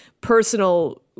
personal